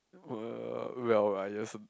uh well I guess